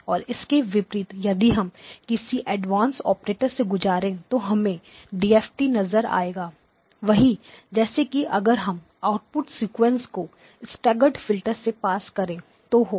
और इसके विपरीत यदि हम इसे किसी एडवांस्ड ऑपरेटर से गुजारे तो हमें डीएफटी नजर आएगा वही जैसा कि अगर हम आउटपुट सिक्वेंस को स्टैगर्ड फिल्टर से पास करें तो होगा